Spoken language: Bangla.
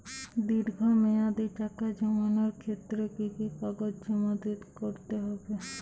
দীর্ঘ মেয়াদি টাকা জমানোর ক্ষেত্রে কি কি কাগজ জমা করতে হবে?